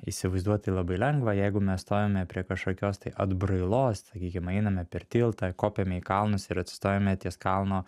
įsivaizduoti labai lengva jeigu mes stovime prie kažkokios tai atbrailos sakykim einame per tiltą kopiame į kalnus ir atsistojame ties kalno